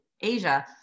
Asia